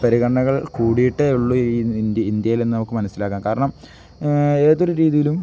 പരിഗണകൾ കൂടിയിട്ടേയുള്ളൂ ഈ ഇന്ത്യയിൽ നിന്ന് നമുക്ക് മനസ്സിലാക്കാം കാരണം ഏതൊരു രീതിയിലും